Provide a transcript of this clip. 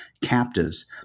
captives